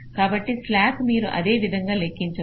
కాబట్టి స్లాక్ మీరు అదేవిధంగా లెక్కించవచ్చు